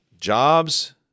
jobs